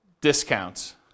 discounts